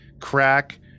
crack